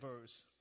verse